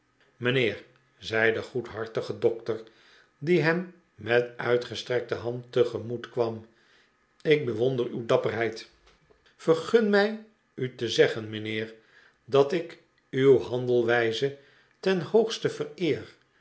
mijnheer zei de goedhartige dokter die hem met uitgestrekte hand tegemoet kwam ik be wonder uw dapperheid vergun mij u te zeggen mijnheer dat ik uw handelwijze ten hoogste vereer